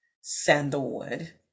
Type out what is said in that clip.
sandalwood